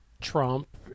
Trump